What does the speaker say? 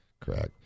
Correct